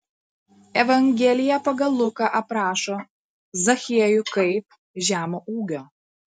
evangelija pagal luką aprašo zachiejų kaip žemo ūgio